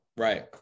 Right